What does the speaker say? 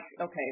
okay